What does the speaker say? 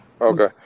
Okay